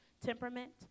temperament